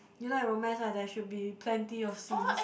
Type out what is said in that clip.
you like romance right there should be plenty of scenes